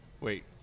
Wait